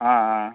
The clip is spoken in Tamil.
ஆ ஆ